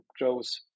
grows